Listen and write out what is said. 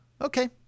Okay